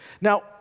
Now